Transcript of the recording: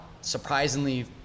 surprisingly